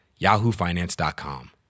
yahoofinance.com